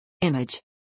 Image